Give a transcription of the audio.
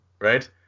right